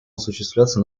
осуществляться